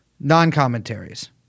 Non-commentaries